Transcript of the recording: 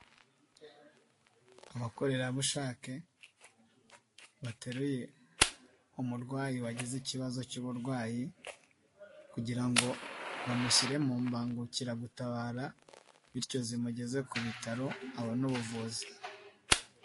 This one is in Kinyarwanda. Abakorerabushake bateruye umurwayi wagize ikibazo cy'uburwayi kugira ngo bamushyire mu mbangukiragutabara bityo zimugeze ku bitaro abona ubuvuzi.